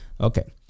Okay